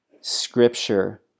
scripture